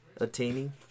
attaining